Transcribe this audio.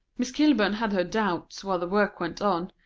miss kilburn had her doubts while the work went on,